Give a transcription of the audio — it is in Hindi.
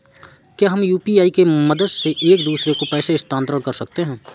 क्या हम यू.पी.आई की मदद से एक दूसरे को पैसे स्थानांतरण कर सकते हैं?